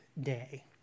day